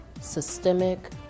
systemic